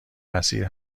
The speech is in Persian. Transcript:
مسیر